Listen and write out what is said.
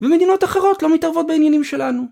ומדינות אחרות לא מתערבות בעניינים שלנו